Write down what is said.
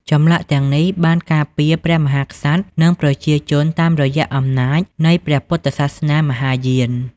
ចម្លាក់ទាំងនេះបានការពារព្រះមហាក្សត្រ និងប្រជាជនតាមរយៈអំណាចនៃព្រះពុទ្ធសាសនាមហាយាន។